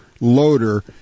loader